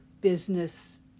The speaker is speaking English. business